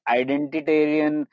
identitarian